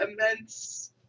immense